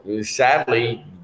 Sadly